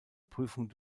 prüfung